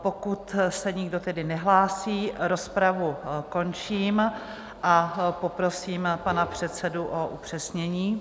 Pokud se nikdo tedy nehlásí, rozpravu končím a poprosím pana předsedu o upřesnění.